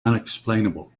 unexplainable